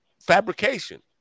fabrication